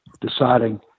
deciding